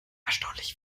erstaunlich